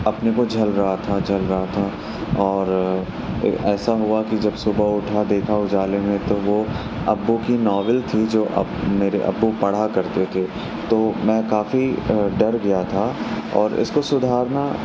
اپنے کو جل رہا تھا جل رہا تھا اور ایسا ہُوا کہ جب صبح اُٹھا دیکھا اُجالے میں تو وہ ابو کی ناول تھی جو اب میرے ابو پڑھا کرتے تھے تو میں کافی ڈر گیا تھا اور اس کو سدھارنا